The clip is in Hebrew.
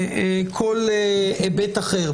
כל היבט אחר,